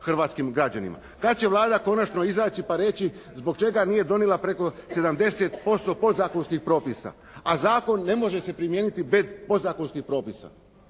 hrvatskim građanima. Kad će Vlada konačno izaći pa reći zbog čega nije donijela preko 70% podzakonskih propisa, a zakon ne može se primijeniti bez podzakonskih propisa